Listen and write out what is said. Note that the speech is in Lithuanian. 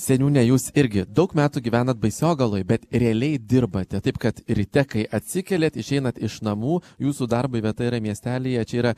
seniūne jūs irgi daug metų gyvenat baisogaloj bet realiai dirbate taip kad ryte kai atsikeliat išeinat iš namų jūsų darbo vieta yra miestelyje čia yra